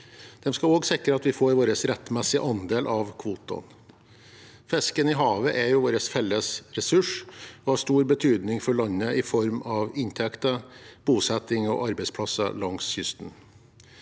De skal også sikre at vi får vår rettmessige andel av kvotene. Fisken i havet er jo vår felles ressurs og har stor betydning for landet i form av inntekter, bosetting og arbeidsplasser langs kysten.